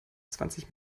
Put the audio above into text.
zwanzig